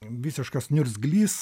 visiškas niurzglys